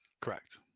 Correct